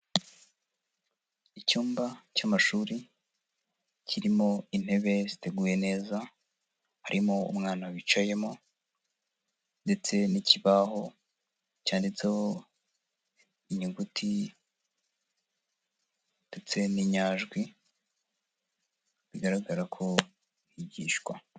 Icyumba cy'amashuri kirimo intebe ziteguye neza, harimo umwana wicayemo ndetse n'ikibaho cyanditseho inyuguti ndetse n'inyajwi, bigaragara ko bigishwa.